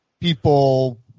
people